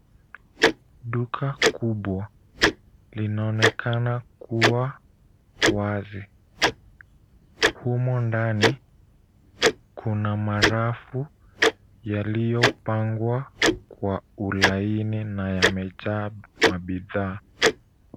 Duka kubwa linaonekana kuwa wazi. Humo ndani kuna marafu yaliyopangwa kwa ulaini na yamejaa mabidhaa.